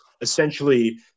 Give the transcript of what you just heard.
essentially